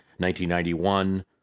1991